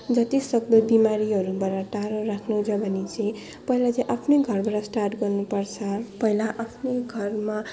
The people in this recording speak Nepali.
जतिसक्दो बिमारीहरूबाट टाढा राख्नुहुन्छ भने चाहिँ पहिला चाहिँ आफ्नो घरबाट स्टार्ट गर्नुपर्छ पहिला आफ्नो घरमा